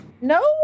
No